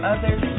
Others